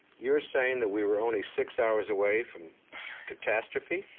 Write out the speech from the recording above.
you're saying that we were only six hours away from catastrophe?